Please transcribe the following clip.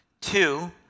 Two